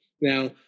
Now